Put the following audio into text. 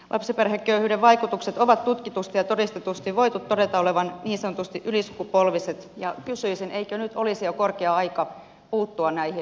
lapsiperheköyhyyden vaikutuksien on tutkitusti ja todistetusti voitu todeta olevan niin sanotusti ylisukupolviset ja kysyisin eikö nyt olisi jo korkea aika puuttua näihin ongelmiin